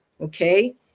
okay